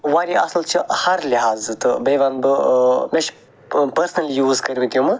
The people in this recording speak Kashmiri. واریاہ اصٕل چھِ ہر لحاظہٕ تہٕ بییٚہِ وَنہِ بہٕ ٲں مےٚ چھِ ٲں پٔرسٕنلی یوٗز کرمٕتۍ یِم